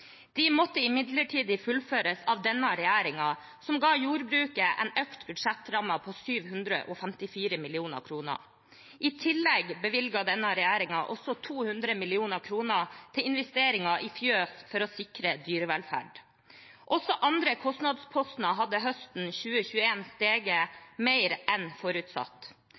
De måtte imidlertid fullføres av denne regjeringen, som ga jordbruket en økt budsjettramme på 754 mill. kr. I tillegg bevilget denne regjeringen også 200 mill. kr til investeringer i fjøs for å sikre dyrevelferd. Også andre kostnader hadde høsten 2021 steget mer enn forutsatt.